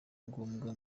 ngombwa